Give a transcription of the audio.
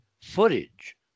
footage